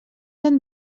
han